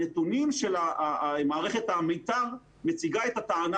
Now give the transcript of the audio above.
הנתונים של מערכת המית"ר מציגים את הטענה